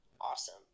awesome